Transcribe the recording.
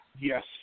Yes